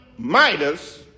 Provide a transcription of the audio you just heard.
Midas